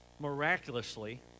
Miraculously